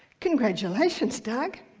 congratulations, doug.